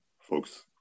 folks